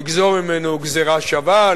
לגזור ממנו גזירה שווה,